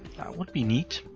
would be neat.